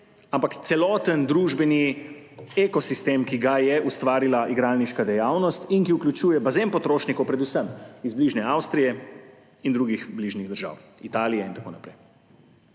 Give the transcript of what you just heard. ampak celoten družbeni ekosistem, ki ga je ustvarila igralniška dejavnost in ki vključuje bazen potrošnikov, predvsem iz bližnje Avstrije in drugih bližnjih držav, Italije in tako naprej.